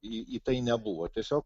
į į tai nebuvo tiesiog